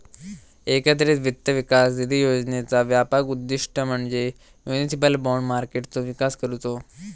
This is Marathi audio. एकत्रित वित्त विकास निधी योजनेचा व्यापक उद्दिष्ट म्हणजे म्युनिसिपल बाँड मार्केटचो विकास करुचो